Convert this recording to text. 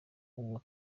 uwo